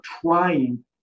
trying